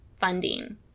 funding